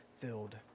filled